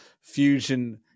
Fusion